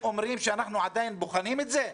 שאתם עדיין בוחנים את זה?